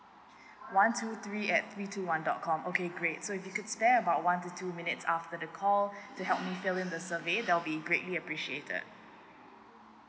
one two three at three two one dot com okay great so if you could spare about one to two minutes after the call to help me fill in the survey that will be greatly appreciated